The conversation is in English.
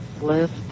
list